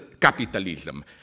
capitalism